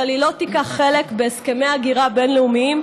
היא לא תיקח חלק בהסכמי הגירה בין-לאומיים,